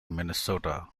minnesota